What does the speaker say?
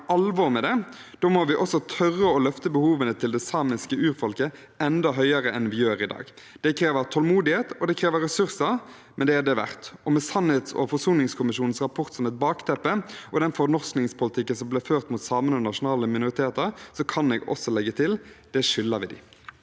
alvor med det, må vi også tørre å løfte behovene til det samiske urfolket enda høyere enn vi gjør i dag. Det krever tålmodighet, og det krever ressurser, men det er det verdt. Og med sannhets- og forsoningskommisjonens rapport og den fornorskningspolitikken som ble ført mot samene og nasjonale minoriteter, som et bakteppe, kan jeg også legge til: Det skylder vi dem.